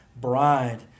bride